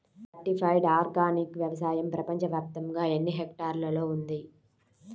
Certified organic వ్యవసాయం ప్రపంచ వ్యాప్తముగా ఎన్నిహెక్టర్లలో ఉంది?